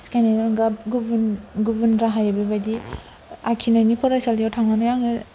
सिखायनायनि अनगा गुबुन गुबुन राहायै बेबायदि आखिनायनि फरायसालियाव थांनानै आङो